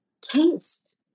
taste